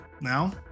Now